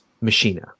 machina